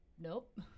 nope